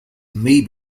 may